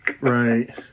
Right